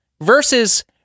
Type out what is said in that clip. versus